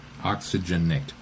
Oxygenate